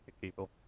people